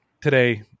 today